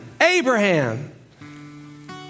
Abraham